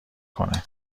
کنه